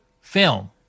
film